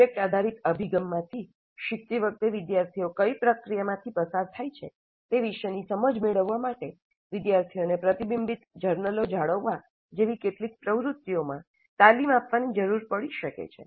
project આધારિત અભિગમમાંથી શીખતી વખતે વિદ્યાર્થીઓ કઈ પ્રક્રિયામાથી પસાર થાય છે તે વિશેની સમજ મેળવવા માટે વિદ્યાર્થીઓને પ્રતિબિંબીત જર્નલો જાળવવા જેવી કેટલીક પ્રવૃત્તિઓમાં તાલીમ આપવાની જરૂર પડી શકે છે